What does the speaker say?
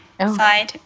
side